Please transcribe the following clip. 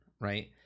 right